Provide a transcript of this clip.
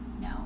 no